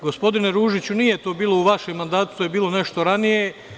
Gospodine Ružiću, nije to bilo u vašem mandatu, to je bilo nešto ranije.